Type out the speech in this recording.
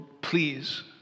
please